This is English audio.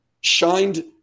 shined